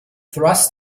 thrust